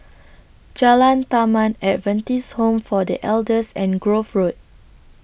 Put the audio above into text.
Jalan Taman Adventist Home For The Elders and Grove Road